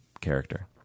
character